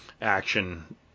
action